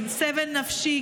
בבקשה,